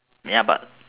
ya but